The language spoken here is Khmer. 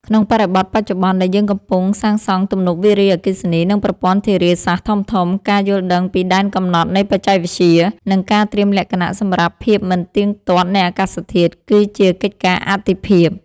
ក្នុងបរិបទបច្ចុប្បន្នដែលយើងកំពុងសាងសង់ទំនប់វារីអគ្គិសនី និងប្រព័ន្ធធារាសាស្ត្រធំៗ ការយល់ដឹងពីដែនកំណត់នៃបច្ចេកវិទ្យា និងការត្រៀមលក្ខណៈសម្រាប់ភាពមិនទៀងទាត់នៃអាកាសធាតុ គឺជាកិច្ចការអាទិភាព។